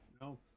No